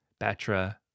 Batra